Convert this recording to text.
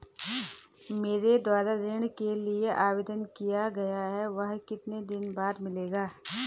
मेरे द्वारा ऋण के लिए आवेदन किया गया है वह कितने दिन बाद मिलेगा?